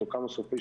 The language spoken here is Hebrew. או כמה סופי-שבוע,